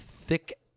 thick